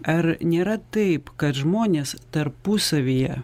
ar nėra taip kad žmonės tarpusavyje